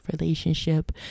relationship